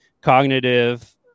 cognitive